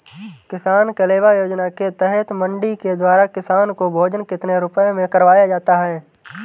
किसान कलेवा योजना के तहत मंडी के द्वारा किसान को भोजन कितने रुपए में करवाया जाता है?